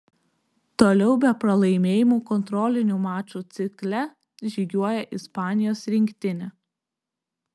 toliau be pralaimėjimų kontrolinių mačų cikle žygiuoja ispanijos rinktinė